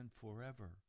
forever